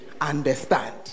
understand